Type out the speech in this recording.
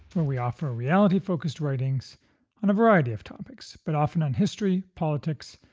where we offer reality-focused writings on a variety of topics, but often on history, politics,